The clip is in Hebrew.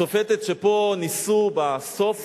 השופטת שפה ניסו בסוף